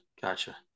Gotcha